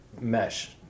mesh